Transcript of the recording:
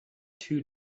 two